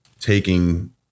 taking